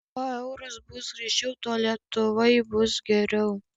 kuo euras bus greičiau tuo lietuvai bus geriau